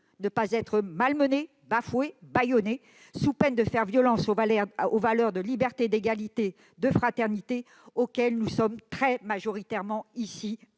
ne pas être malmenée, bafouée, bâillonnée, sous peine de faire violence aux valeurs de liberté, d'égalité et de fraternité, auxquelles nous sommes très majoritairement ici